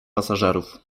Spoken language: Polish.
pasażerów